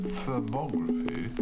thermography